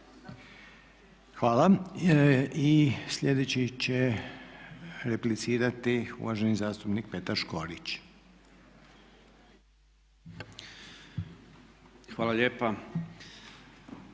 Hvala. I sljedeći će replicirati uvaženi zastupnik Petar Škorić. **Škorić,